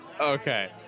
Okay